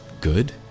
good